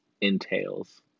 entails